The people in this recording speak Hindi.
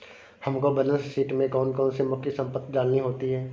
हमको बैलेंस शीट में कौन कौन सी मुख्य संपत्ति डालनी होती है?